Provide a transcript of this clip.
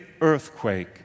earthquake